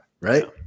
right